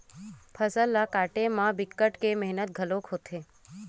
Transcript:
फसल ल काटे म बिकट के मेहनत घलोक होथे